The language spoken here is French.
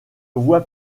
voie